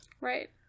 Right